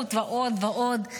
התבגרות ועוד ועוד.